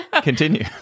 Continue